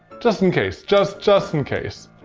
just in case, just just in case.